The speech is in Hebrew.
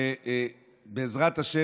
ובעזרת השם,